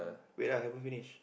wait ah haven't finish